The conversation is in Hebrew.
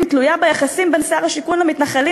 תלויה ביחסים בין שר השיכון למתנחלים,